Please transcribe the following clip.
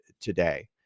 today